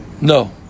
No